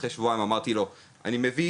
אחרי שבועיים אמרתי לו שאני מביא